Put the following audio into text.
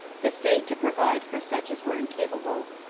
the state to provide for such as were incapable,